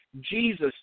Jesus